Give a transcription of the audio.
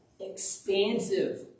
Expansive